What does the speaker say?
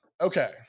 Okay